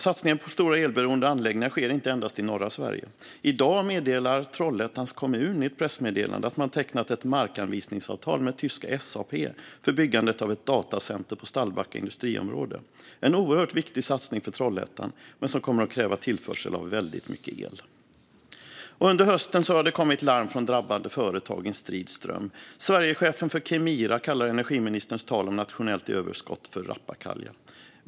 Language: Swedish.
Satsningar på stora elberoende anläggningar sker inte endast i norra Sverige. I dag meddelar Trollhättans kommun i ett pressmeddelande att man tecknat ett markanvisningsavtal med tyska SAP för byggandet av ett datacenter i Stallbacka industriområde. Det är en oerhört viktig satsning för Trollhättan, men den kommer att kräva tillförsel av väldigt mycket el. Under hösten har det kommit en strid ström av larm från drabbade företag. Sverigechefen för Kemira kallar energiministerns tal om nationellt överskott för rappakalja.